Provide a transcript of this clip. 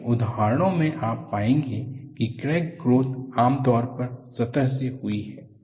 कई उदाहरणों में आप पाएंगे कि क्रैक ग्रोथ आम तौर पर सतह से हुई है